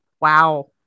Wow